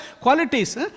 qualities